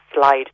slide